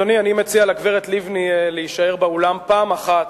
אדוני, אני מציע לגברת לבני להישאר באולם פעם אחת,